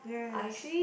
yeah yes